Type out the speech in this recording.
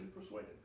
persuaded